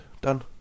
Done